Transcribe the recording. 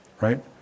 Right